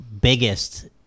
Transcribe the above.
biggest